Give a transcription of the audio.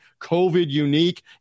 COVID-unique